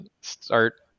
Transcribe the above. start